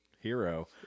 Hero